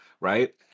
right